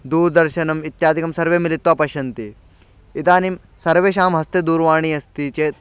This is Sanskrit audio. दूरदर्शनम् इत्यादिकं सर्वे मिलित्वा पश्यन्ति इदानीं सर्वेषां हस्ते दूरवाणी अस्ति चेत्